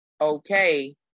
okay